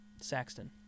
Saxton